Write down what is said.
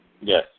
Yes